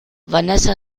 vanessa